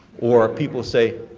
or people say,